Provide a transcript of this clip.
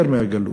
יותר מהגלוי.